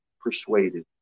persuaded